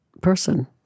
person